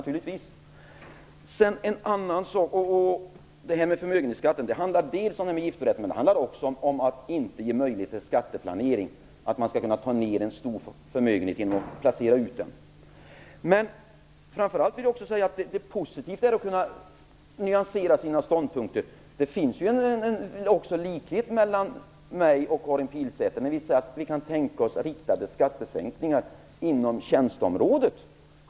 Frågan om förmögenhetsskatten handlar dels om giftorätten, dels om att inte ge möjligheter till skatteplanering, att det inte skall vara möjligt att ta ner skatten på en stor förmögenhet genom att placera ut den. Det är positivt att kunna nyansera sina ståndpunkter. Det finns också en likhet mellan mig och Karin Pilsäter i och med att vi båda kan tänka oss riktade skattesänkningar inom tjänsteområdet.